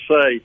say